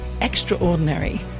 extraordinary